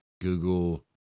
Google